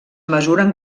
mesuren